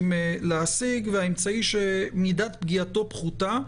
להשיג והאמצעי שמידת פגיעתו פחותה.